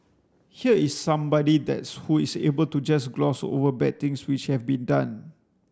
here is somebody that's who is able to just gloss over bad things which have been done